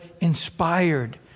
inspired